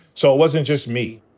so it wasn't just me.